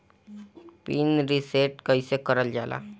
Pin reset कईसे करल जाला?